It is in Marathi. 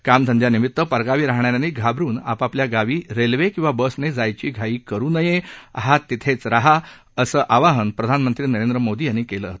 कामधंद्यानिमित्त परगावी राहणाऱ्यांनी घाबरून आपापल्या गावी रेल्वे किंवा बसने जाण्याची घाई करु नये आहेत तिथेच रहावं असं आवाहन प्रधानमंत्री नरेंद्र मोदी यांनी केलं आहे